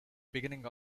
beginning